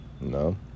no